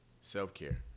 Self-care